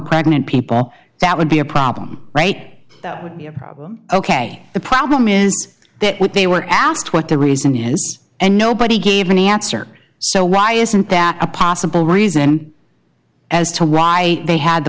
pregnant people that would be a problem right that would be a problem ok the problem is that what they were asked what the reason yes and nobody gave an answer so why isn't that a possible reason as to why they had the